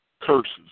curses